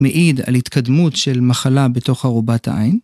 מעיד על התקדמות של מחלה בתוך ארובת העין.